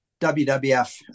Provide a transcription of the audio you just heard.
WWF